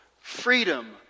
freedom